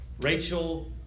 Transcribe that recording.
rachel